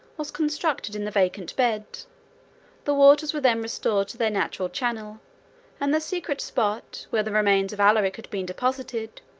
was constructed in the vacant bed the waters were then restored to their natural channel and the secret spot, where the remains of alaric had been deposited,